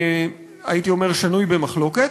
הייתי אומר, שנוי במחלוקת.